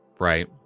right